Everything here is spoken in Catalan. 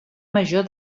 major